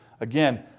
Again